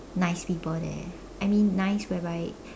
nice people there I mean nice whereby